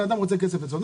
הבן-אדם רוצה כסף אצלו.